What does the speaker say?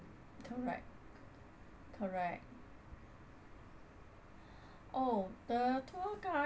correct correct oh the tour guide